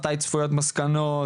מתי צפויות מסקנות?